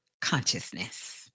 consciousness